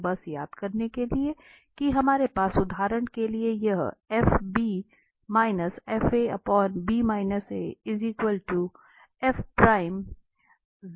तो बस याद करने के लिए कि हमारे पास उदाहरण के लिए यहां है